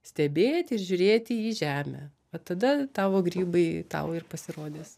stebėti ir žiūrėti į žemę va tada tavo grybai tau ir pasirodys